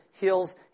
heals